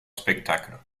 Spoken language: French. spectacle